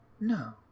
No